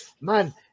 man